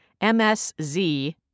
MSZ